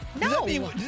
No